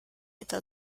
età